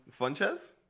Funches